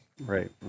right